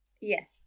Yes